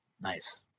Nice